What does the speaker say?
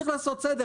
צריך לעשות סדר.